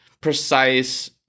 precise